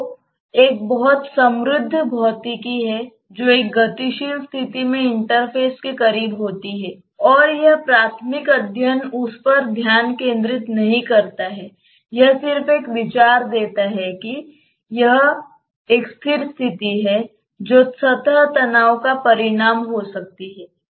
तो एक बहुत समृद्ध भौतिकी है जो एक गतिशील स्थिति में इंटरफ़ेस के करीब होती है और यह प्राथमिक अध्ययन उस पर ध्यान केंद्रित नहीं करता है यह सिर्फ एक विचार देता है कि यह एक स्थिर स्थिति है जो सतह तनाव का परिणाम हो सकती है